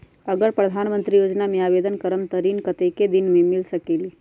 अगर प्रधानमंत्री योजना में आवेदन करम त ऋण कतेक दिन मे मिल सकेली?